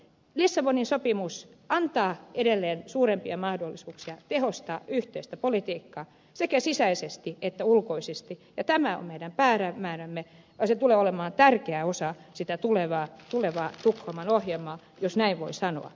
lissabonin sopimus antaa edelleen suurempia mahdollisuuksia tehostaa yhteistä politiikkaa sekä sisäisesti että ulkoisesti ja tämä on meidän päämäärämme ja se tulee olemaan tärkeä osa sitä tulevaa tukholman ohjelmaa jos näin voi sanoa